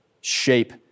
shape